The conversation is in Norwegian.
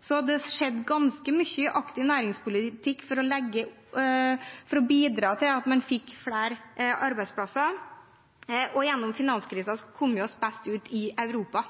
Så det har skjedd ganske mye aktiv næringspolitikk for å bidra til at man fikk flere arbeidsplasser. Under finanskrisen kom vi best ut i Europa.